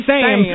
Sam